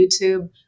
YouTube